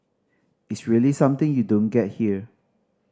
it's really something you don't get here